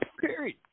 period